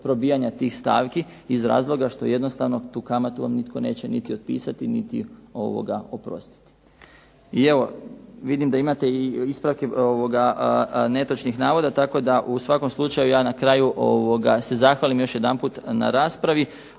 probijanja tih stavki iz razloga što jednostavno tu kamatu vam nitko neće niti otpisati niti oprostiti. I evo vidim da imate i ispravke netočnih navoda tako da u svakom slučaju ja na kraju se zahvalim još jedanput na raspravi.